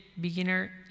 beginner